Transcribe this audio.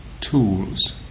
tools